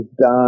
done